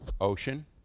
ocean